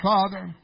Father